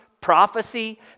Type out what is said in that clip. prophecy